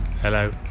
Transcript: Hello